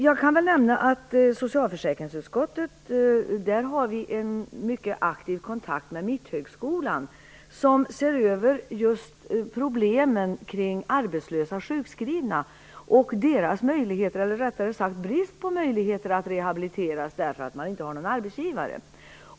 Jag kan väl nämna att vi i socialförsäkringsutskottet har en mycket aktiv kontakt med Mitthögskolan som ser över just problemen för sjukskrivna personer som är arbetslösa och deras möjligheter, eller rättare sagt brist på möjligheter, att rehabiliteras därför att man inte har någon arbetsgivare.